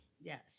Yes